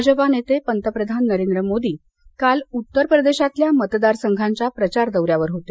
भाजपा नेते पतप्रधान नरेंद्र मोदी काल उत्तरप्रदेशातल्या मतदारसघांच्या प्रचार दौऱ्यावर होते